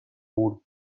برد